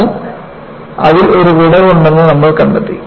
എന്നാൽ അതിൽ ഒരു വിടവ് ഉണ്ടെന്ന് നമ്മൾ കണ്ടെത്തി